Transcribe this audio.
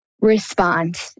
respond